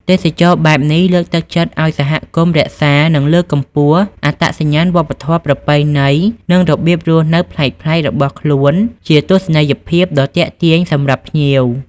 ទេសចរណ៍បែបនេះលើកទឹកចិត្តឱ្យសហគមន៍រក្សា និងលើកកម្ពស់អត្តសញ្ញាណវប្បធម៌ ប្រពៃណីនិងរបៀបរស់នៅប្លែកៗរបស់ខ្លួនជាទស្សនីយភាពដ៏ទាក់ទាញសម្រាប់ភ្ញៀវ។